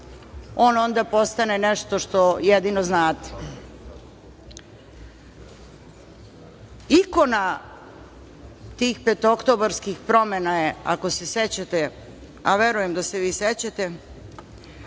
on onda postane nešto što jedino znate. Ikona tih petooktobarskih promena je, ako se sećate, a verujem da se vi sećate,